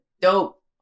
dope